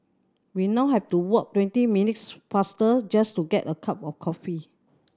we now have to walk twenty minutes farther just to get a cup of coffee